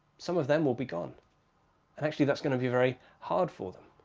some of them will be gone and actually that's going to be very hard for them.